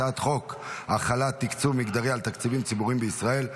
הצעת חוק החלת תקצוב מגדרי על תקציבים ציבוריים בישראל,